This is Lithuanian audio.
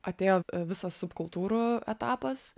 atėjo visas subkultūrų etapas